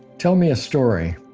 tell me a story.